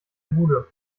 bude